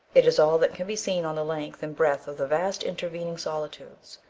it is all that can be seen on the length and breadth of the vast intervening solitudes,